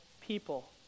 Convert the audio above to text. people